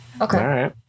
Okay